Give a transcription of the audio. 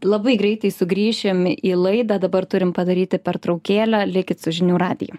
labai greitai sugrįšim į laidą dabar turim padaryti pertraukėlę likit su žinių radiju